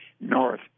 north